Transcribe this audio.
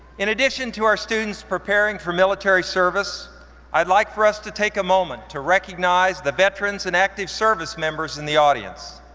in addition to our students preparing for military service i'd like for us to take a moment to recognize the veterans and active services members in the audience.